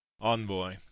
Envoy